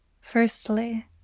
Firstly